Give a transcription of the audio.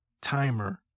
timer